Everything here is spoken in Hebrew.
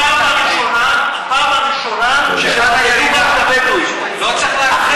הפעם הראשונה, לא צריך להגזים.